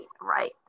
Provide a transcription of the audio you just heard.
right